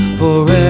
forever